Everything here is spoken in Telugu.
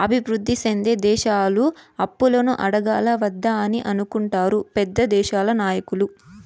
అభివృద్ధి సెందే దేశాలు అప్పులను అడగాలా వద్దా అని అనుకుంటారు పెద్ద దేశాల నాయకులు